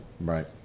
Right